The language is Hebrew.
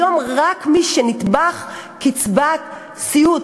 היום רק מי שהוא נתמך קצבת סיעוד,